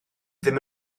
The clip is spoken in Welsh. ddim